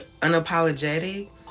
unapologetic